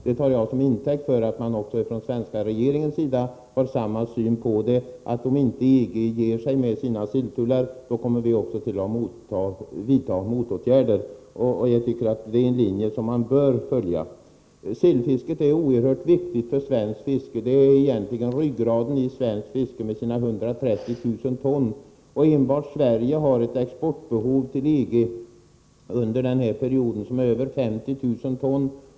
Det tar jag till intäkt för att man från den svenska regeringens sida har samma syn på detta, dvs. att om inte EG ger med sig i fråga om silltullarna, så kommer vi att vidta motåtgärder. Jag tycker att det är en linje som man bör följa. Sillfisket är oerhört viktigt för svenskt fiske. Med sina 130 000 ton är det egentligen ryggraden i svenskt fiske. Enbart Sverige har ett exportbehov till EG under den här perioden på över 50 000 ton.